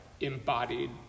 embodied